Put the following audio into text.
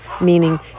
meaning